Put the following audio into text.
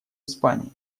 испании